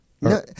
No